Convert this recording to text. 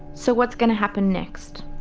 so what's going to happen next?